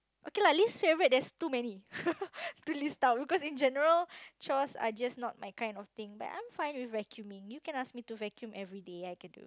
okay lah least favourite there's too many to list out cause in general chores are just not my kind of thing but I'm fine with vacuuming you can ask me to vacuum everyday I could